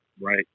Right